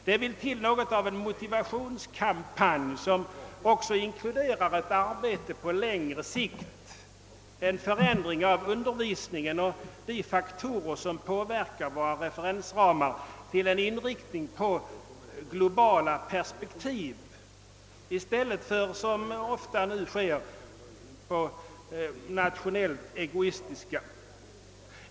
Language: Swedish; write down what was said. Det behövs något av en molivationskampanj, som också inkluderar ett arbete på längre sikt: en förändring av undervisningen och de faktorer som påverkar våra referensramar till en inriktning på globala perspektiv i stället för så som nu ofta sker, på nationellt egoistiska.